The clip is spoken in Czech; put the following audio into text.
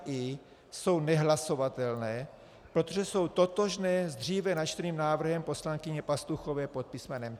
I jsou nehlasovatelné, protože jsou totožné s dříve načteným návrhem poslankyně Pastuchové pod písmenem C.